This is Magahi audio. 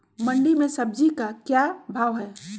मंडी में सब्जी का क्या भाव हैँ?